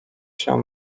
się